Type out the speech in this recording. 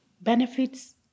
benefits